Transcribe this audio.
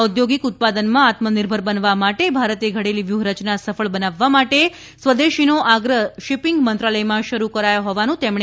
ઔદ્યોગિક ઉત્પાદનમાં આત્મનિર્ભર બનવા માટે ભારતે ઘડેલી વ્યૂહરચના સફળ બનાવવા માટે સ્વદેશીનો આગ્રહ શિપિંગ મંત્રાલયમાં શરૂ કરાયો હોવાનું તેમણે ઉમેર્યું હતું